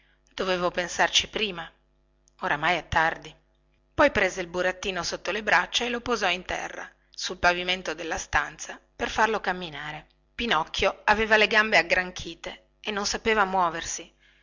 dovevo pensarci prima ormai è tardi poi prese il burattino sotto le braccia e lo posò in terra sul pavimento della stanza per farlo camminare pinocchio aveva le gambe aggranchite e non sapeva muoversi